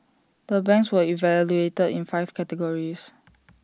the banks were evaluated in five categories